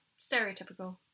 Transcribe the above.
stereotypical